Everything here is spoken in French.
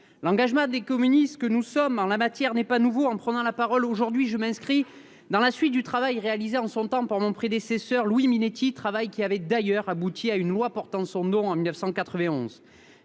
L'engagement des communistes que nous sommes en la matière n'est pas nouveau. En prenant la parole aujourd'hui, je m'inscris dans la continuité du travail réalisé, en son temps, par mon prédécesseur Louis Minetti, qui avait d'ailleurs abouti à une loi portant son nom en 1991.